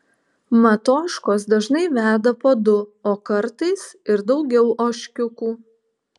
mat ožkos dažnai veda po du o kartais ir daugiau ožkiukų